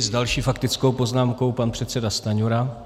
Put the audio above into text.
S další faktickou poznámkou pan předseda Stanjura.